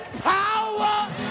power